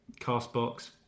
Castbox